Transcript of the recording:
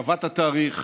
קבעת תאריך